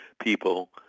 people